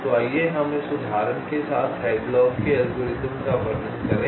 तो आइए हम इस उदाहरण के लिए हैडलॉक के एल्गोरिथ्म का वर्णन करें